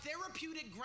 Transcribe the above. therapeutic